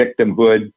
victimhood